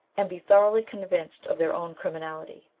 and be thoroughly convinced of their own criminality.